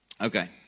Okay